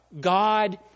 God